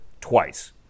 twice